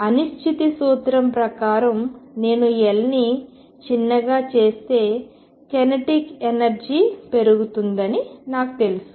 అనిశ్చితి సూత్రం ప్రకారం నేను L ని చిన్నగా చేస్తే కైనెటిక్ ఎనర్జీ పెరుగుతుందని నాకు తెలుసు